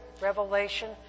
revelation